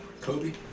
Kobe